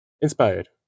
inspired